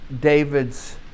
David's